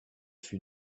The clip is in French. fut